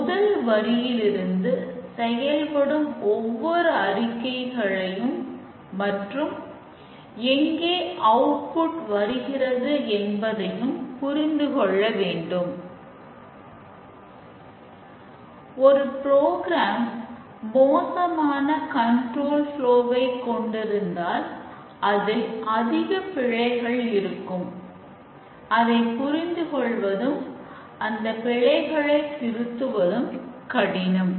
ஒரு ப்ரோக்ராம் ஐ கொண்டிருந்தால் அதில் அதிக பிழைகள் இருக்கும் அதை புரிந்து கொள்வதும் அந்த பிழைகளைத் திருத்துவது கடினம்